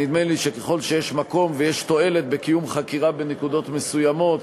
נדמה לי שככל שיש מקום ויש תועלת בקיום חקירה בנקודות מסוימות,